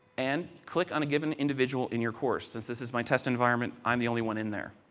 and click on a given individual in your course. since this is my test environment, i am the only one in there.